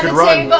run,